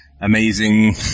amazing